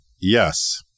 Yes